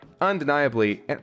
undeniably